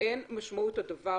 אין משמעות הדבר,